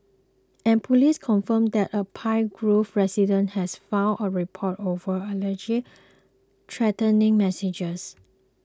and police confirmed that a Pine Grove resident has filed a report over alleged threatening messages